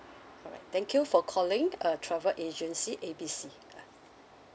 alright thank you for calling uh travel agency A B C uh